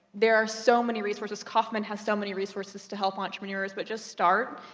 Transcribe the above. there are so many resources, kauffman has so many resources to help entrepreneurs, but just start,